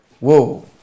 Whoa